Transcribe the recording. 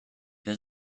been